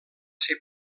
ser